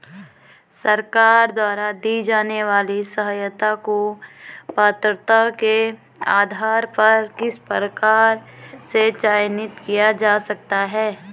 सरकार द्वारा दी जाने वाली सहायता को पात्रता के आधार पर किस प्रकार से चयनित किया जा सकता है?